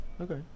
Okay